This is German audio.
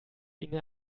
inge